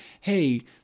hey